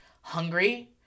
hungry